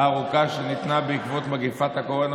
הארוכה שניתנה בעקבות מגפת הקורונה,